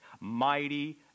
Mighty